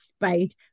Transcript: right